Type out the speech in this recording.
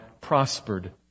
prospered